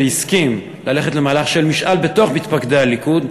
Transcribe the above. והוא הסכים ללכת למשאל בתוך מתפקדי הליכוד,